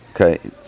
Okay